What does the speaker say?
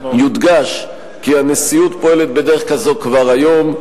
יודגש כי הנשיאות פועלת בדרך כזו כבר היום,